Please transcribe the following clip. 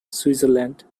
switzerland